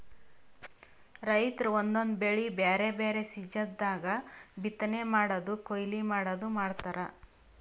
ರೈತರ್ ಒಂದೊಂದ್ ಬೆಳಿ ಬ್ಯಾರೆ ಬ್ಯಾರೆ ಸೀಸನ್ ದಾಗ್ ಬಿತ್ತನೆ ಮಾಡದು ಕೊಯ್ಲಿ ಮಾಡದು ಮಾಡ್ತಾರ್